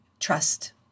Trust